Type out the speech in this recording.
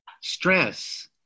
Stress